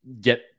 get